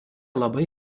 labai